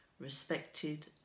respected